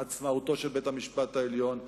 עצמאותו של בית-המשפט העליון,